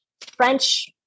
French